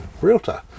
realtor